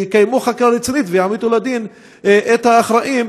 יקיימו חקירה רצינית ויעמידו לדין את האחראים,